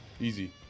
easy